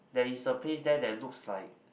there is a place there that looks like